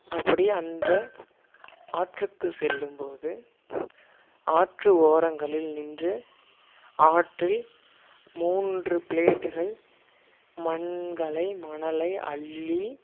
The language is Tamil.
அப்படி அந்த ஆற்றுக்கு செல்லும்போது ஆற்று ஓரங்களில் நின்று ஆற்றில் மூன்று ப்ளேட்டுகள் மண்களை மணலை அள்ளி